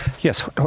Yes